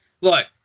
Look